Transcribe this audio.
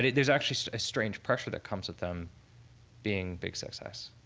there's actually so a strange pressure that comes with them being big success.